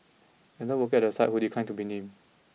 another worker at the site who declined to be named